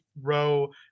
row